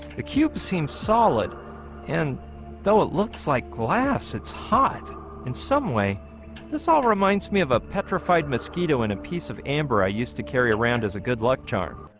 cube seems solid and though it looks like glass it's hot in some way this all reminds me of a petrified mosquito in a piece of amber i used to carry around as a good luck charm